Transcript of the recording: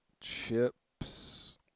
chips